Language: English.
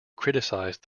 criticized